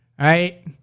right